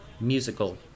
musical